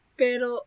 pero